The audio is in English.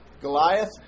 Goliath